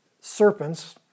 serpents